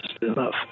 enough